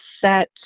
set